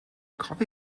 coffee